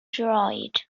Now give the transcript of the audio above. droed